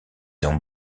ont